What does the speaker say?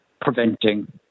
preventing